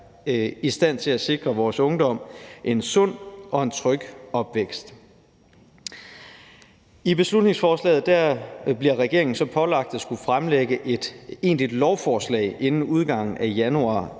i stand til at sikre vores ungdom en sund og en tryg opvækst. I beslutningsforslaget bliver regeringen pålagt at fremsætte et egentligt lovforslag inden udgangen af januar